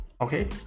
Okay